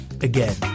Again